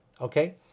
okay